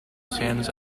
stands